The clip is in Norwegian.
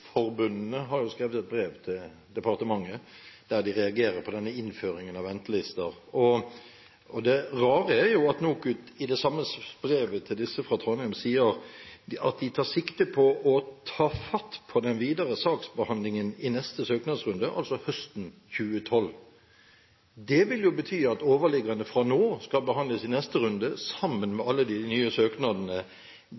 et brev til departementet der de reagerer på denne innføringen av ventelister. Det rare er jo at NOKUT i den samme mailen til disse fra Trondheim sier at de «tar sikte på å ta fatt på den videre saksbehandlingen i neste søknadsrunde, altså høsten 2012». Det vil jo bety at overliggerne fra nå skal behandles i neste runde, sammen med alle de nye søknadene. Det kan vel ikke statsråden være fornøyd med.